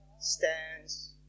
stands